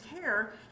care